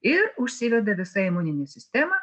ir užsiveda visa imuninė sistema